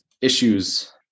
issues